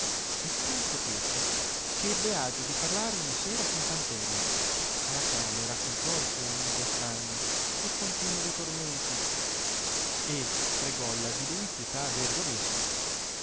e tanto fece che ebbe agio di parlare una sera con pantemia alla quale raccontò i suoi lunghi affanni e continovi tormenti e pregolla di lui pietà avere dovesse